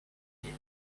quais